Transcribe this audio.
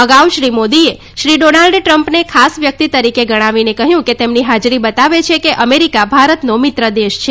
અગાઉ શ્રી મોદીએ શ્રી ડોનાલ્ડ ટ્રમ્પને ખાસ વ્યક્તિ તરીકે ઓળખાવીને કહ્યું કે તેમની હાજરી બતાવે છે કે અમેરિકા ભારતનો મિત્ર દેશ છે